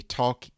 talk